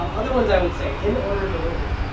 other ones i would say, in order delivery.